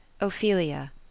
Ophelia